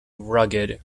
rugged